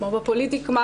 כמו בפוליטיקה,